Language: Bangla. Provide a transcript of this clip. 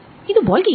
কিন্তু বল কি